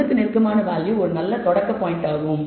1 க்கு நெருக்கமான வேல்யூ ஒரு நல்ல தொடக்க பாயிண்ட் ஆகும்